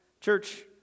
Church